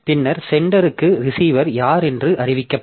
பின்னர் சென்டருக்கு ரிசீவர் யார் என்று அறிவிக்கப்படும்